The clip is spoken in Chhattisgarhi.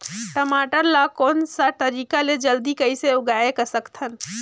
टमाटर ला कोन सा तरीका ले जल्दी कइसे उगाय सकथन?